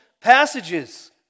passages